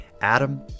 Adam